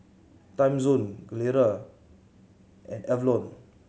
Timezone Gelare and Avalon